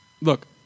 look